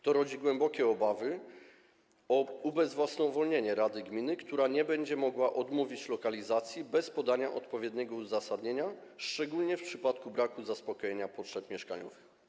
To rodzi poważne obawy o ubezwłasnowolnienie rady gminy, która nie będzie mogła odmówić ustalenia lokalizacji bez podania odpowiedniego uzasadnienia, szczególnie w przypadku braku zaspokojenia potrzeb mieszkaniowych.